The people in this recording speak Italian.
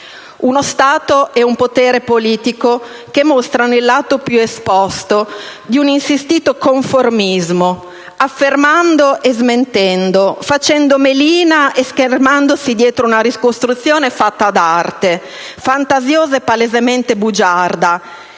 uno Stato e un potere politico che mostrano il lato più esposto di un insistito conformismo, affermando e smentendo, facendo melina e schermandosi dietro una ricostruzione fatta ad arte, fantasiosa e palesemente bugiarda,